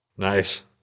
Nice